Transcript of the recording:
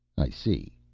i see.